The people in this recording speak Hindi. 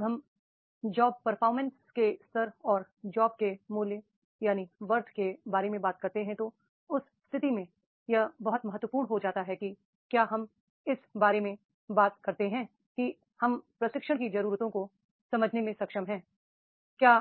जब हम जॉब परफॉर्मेंस के स्तर और जॉब के मूल्य के बारे में बात करते हैं तो उस स्थिति में यह बहुत महत्वपूर्ण हो जाता है कि क्या हम इस बारे में बात करते हैं कि हम प्रशिक्षण की जरूरतों को समझने में सक्षम हैं क्या